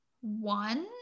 one